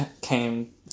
came